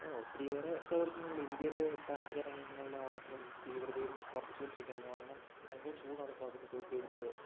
ഒത്തിരിയെറെ പ്രവത്തനമുണ്ട് ഇന്ത്യയില് താപതരംഗങ്ങളുടെ ആവർത്തനം തീവ്രതയും വർദ്ധിച്ചുകൊണ്ടിരിക്കുകയാണ് കാരണം ഭയങ്കര ചൂടാണ് ഇപ്പോൾ അനുഭവപ്പെടുന്നത്